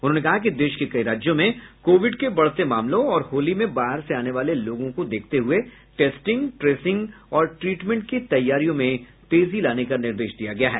उन्होंने कहा कि देश के कई राज्यों में कोविड के बढ़ते मामलों और होली में बाहर से आने वाले लोगों को देखते हुये टेस्टिंग ट्रेसिंग और ट्रीटमेंट की तैयारियों में तेजी लाने का निर्देश दिया गया है